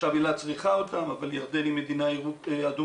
עכשיו אילת צריכה אותם אבל ירדן היא מדינה אדומה.